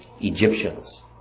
Egyptians